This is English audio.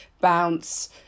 bounce